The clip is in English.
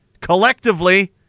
collectively